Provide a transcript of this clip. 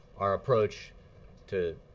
our approach to